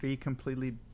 completely